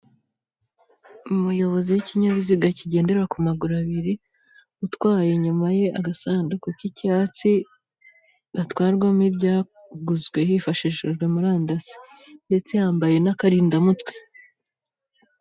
Umuyobozi w'ikinyabiziga kigendera ku maguru abiri, utwaye inyuma ye agasanduku k'icyatsi, gatwarwamo ibyaguzwe hifashishijwe murandasi. Ndetse yambaye n'akarindamutwe.